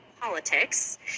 politics